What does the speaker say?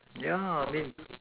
yeah I mean